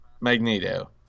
Magneto